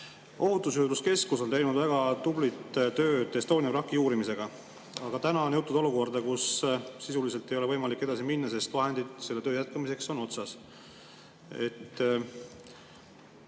Ohutusjuurdluse Keskus on teinud väga tublit tööd Estonia vraki uurimisel. Aga täna on jõutud olukorda, kus sisuliselt ei ole võimalik edasi minna, sest vahendid selle töö jätkamiseks on otsas.